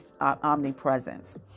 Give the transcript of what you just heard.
Omnipresence